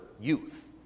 youth